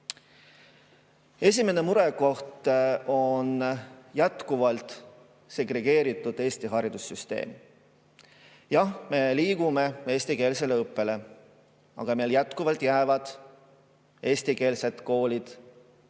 Esimene murekoht on jätkuvalt segregeeritud Eesti haridussüsteem. Jah, me liigume eestikeelse õppe poole, aga meil jätkuvalt jäävad eestikeelsed koolid